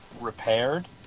repaired